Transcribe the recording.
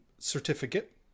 certificate